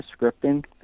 scripting